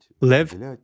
live